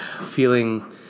feeling